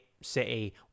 City